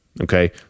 Okay